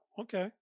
Okay